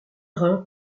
rein